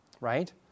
right